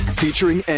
featuring